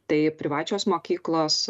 tai privačios mokyklos